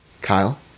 Kyle